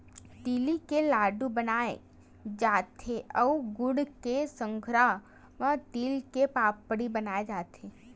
तिली के लाडू बनाय जाथे अउ गुड़ के संघरा म तिल के पापड़ी बनाए जाथे